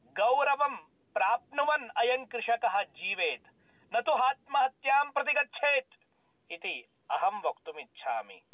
गौरवं प्राप्नुवन् अयं कृषकः जीवेत् न तु आत्महत्यां प्रति गच्छेत् इति अहं वक्तुम् इच्छामि